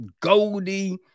Goldie